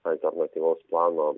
alternatyvaus plano